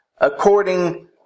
according